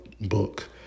book